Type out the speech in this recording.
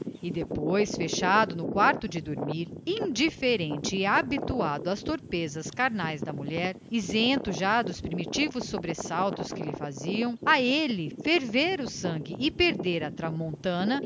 depois fechado no quarto de dormir indiferente e habituado às torpezas carnais da mulher isento já dos primitivos sobressaltos que lhe faziam a ele ferver o sangue e perder a